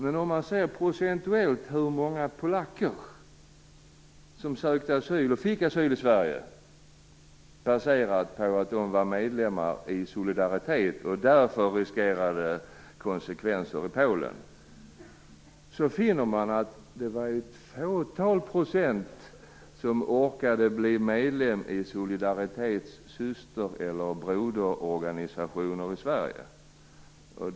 Men ser vi efter hur många polacker som sökte och fick asyl i Sverige baserad på att de var medlemmar i Solidaritet och därför riskerade konsekvenser i Polen finner vi att bara ett fåtal procent av dem orkade bli medlemmar Solidaritets syster eller broderorganisationer i Sverige.